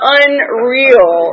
unreal